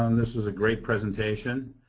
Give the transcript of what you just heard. and this was a great presentation.